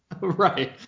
Right